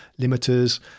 limiters